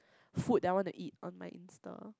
food that I want to eat on my Insta